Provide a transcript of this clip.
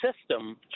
system